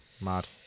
mad